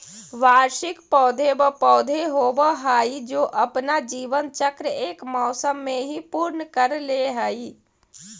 वार्षिक पौधे व पौधे होवअ हाई जो अपना जीवन चक्र एक मौसम में ही पूर्ण कर ले हई